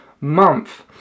month